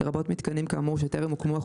לרבות מיתקנים כאמור שטרם הוקמו אך